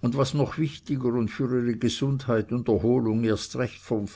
und was noch wichtiger und für ihre gesundheit und erholung erst recht von